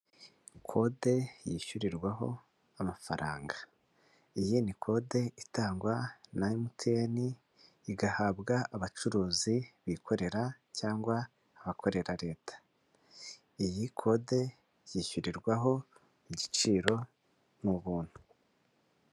Kode yishyurirwaho amafaranga. Iyi ni kode itangwa na MTN, igahabwa abacuruzi bikorera cyangwa bakorera leta. Iyi kode yishyurirwaho igiciro, ni buntu.